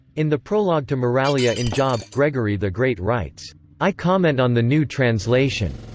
in the prologue to moralia in job, gregory the great writes i comment on the new translation.